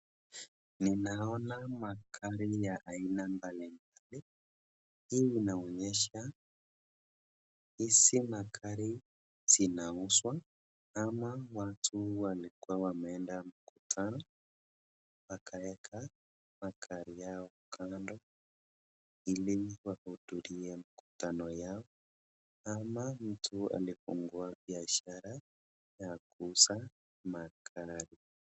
Ninaona magari ya aina mbali mbali. Hii inaonyesha hizi magari zinauzwa, ama watu walikua wameenda mkutano wakaeka magari yao kando ili wahudhurie mkutano yao ama mtu amefungua biashara ya kuuza magari.